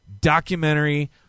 documentary